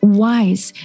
wise